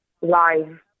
live